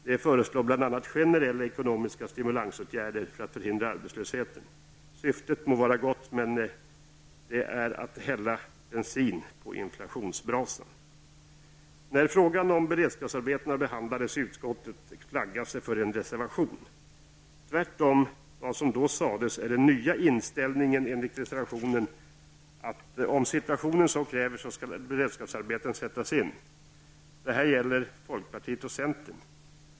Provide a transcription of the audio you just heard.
Man föreslår bl.a. generella ekonomiska stimulansåtgärder för att förhindra arbetslöshet. Syftet må vara gott, men att vidta sådana åtgärder är som att hälla bensin på inflationsbrasan. När frågan om beredskapsarbetena behandlades i utskottet flaggades det för en reservation. Tvärtemot vad som då sades är den nya inställningen, enligt reservationen, att beredskapsarbeten, om situationen så kräver, skall sättas in. Det gäller folkpartiet och centern.